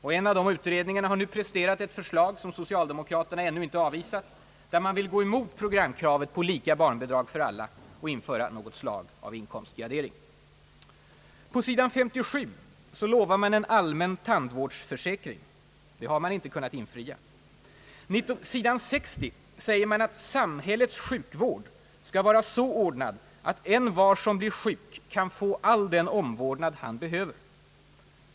Och en av de utredningarna har nu presterat ett förslag, som socialdemokraterna ännu inte avvisat, där man vill gå emot programkravet på lika barnbidrag för alla och införa något slags inkomstgrade ring. På sidan 57 lovar man »allmän tandvårdsförsäkring» — det har man inte kunnat infria. På sidan 60 säger man att »samhällets sjukvård skall vara så ordnad att envar som blir sjuk kan få all den omvårdnad han behöver».